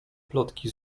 plotki